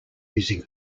using